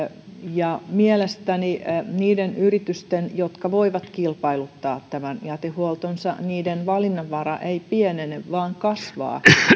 mielestäni niiden yritysten jotka voivat kilpailuttaa tämän jätehuoltonsa valinnanvara ei pienene vaan kasvaa